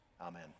Amen